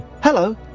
Hello